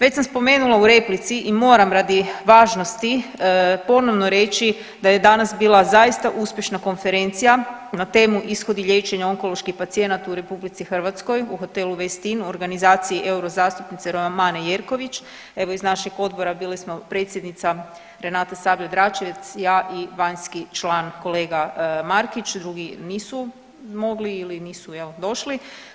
Već sam spomenula u replici i moram radi važnosti ponovno reći da je danas bila zaista uspješna konferencija na temu „Ishodi liječenja onkoloških pacijenata u RH“ u hotelu Westin u organizaciji eurozastupnice Romane Jerković, evo iz našeg odbora bili smo predsjednica Renata Sabljar-Dračevac i ja i vanjski član kolega Markić drugi nisu mogli ili nisu došli.